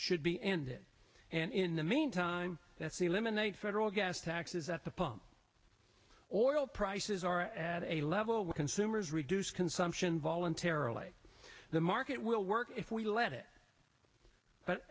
should be ended and in the meantime that's eliminate federal gas taxes at the pump oil prices are at a level where consumers reduce consumption voluntarily the market will work if we let it but